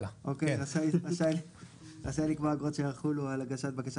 רשאי לקבוע אגרות שיחולו על הגשת בקשה